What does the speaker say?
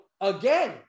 again